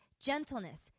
gentleness